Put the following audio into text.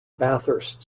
bathurst